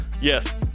Yes